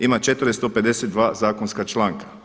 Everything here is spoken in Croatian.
Ima 452 zakonska članka.